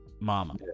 Mama